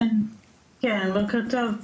בוקר טוב.